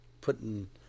putting